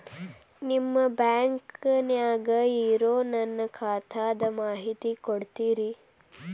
ನಿಮ್ಮ ಬ್ಯಾಂಕನ್ಯಾಗ ಇರೊ ನನ್ನ ಖಾತಾದ ಮಾಹಿತಿ ಕೊಡ್ತೇರಿ?